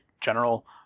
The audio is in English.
general